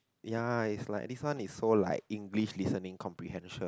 ya its like this one is so like English listening comprehension